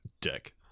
dick